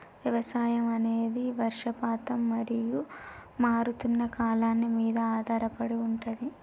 వ్యవసాయం అనేది వర్షపాతం మరియు మారుతున్న కాలాల మీద ఆధారపడి ఉంటది